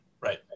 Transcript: Right